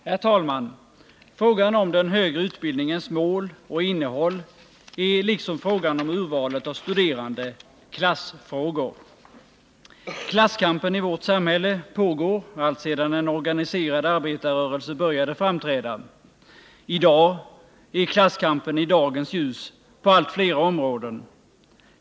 Herr talman! Frågorna om den högre utbildningens mål och innehåll är, liksom frågan om urvalet av studerande, klassfrågor. Klasskampen i vårt samhälle har pågått alltsedan en organiserad arbetarrörelse började framträda. I dag belyses klasskampen på allt flera områden.